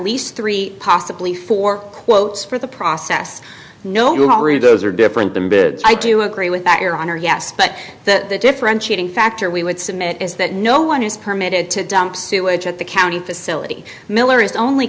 least three possibly four quotes for the process no guru those are different than i do agree with that your honor yes but the differentiating factor we would submit is that no one is permitted to dump sewage at the county